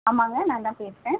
ஆமாம்ங்க நாந்தான் பேசுகிறேன்